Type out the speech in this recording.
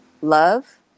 love